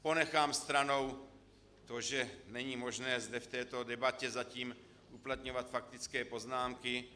Ponechám stranou to, že není možné zde v této debatě zatím uplatňovat faktické poznámky.